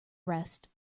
rest